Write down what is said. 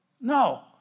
No